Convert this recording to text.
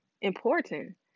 important